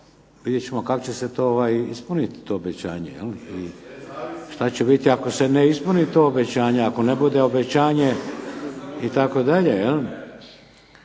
Vidjet ćemo kako će ispuniti to obećanje i šta će biti ako se ne ispuni to obećanje, ako ne bude obećanje itd.